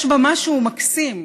יש בה משהו מקסים,